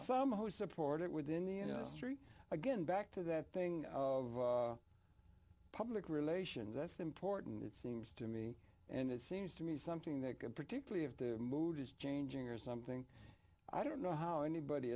some who supported within the industry again back to that thing of public relations it's important it seems to me and it seems to me something that particularly if the mood is changing or something i don't know how anybody